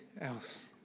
else